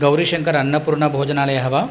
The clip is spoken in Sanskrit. गौरीशङ्कर अन्नपूर्णा भोजनालयः वा